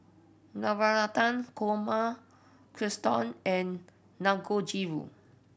Navratan Korma Katsudon and Dangojiru